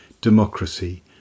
democracy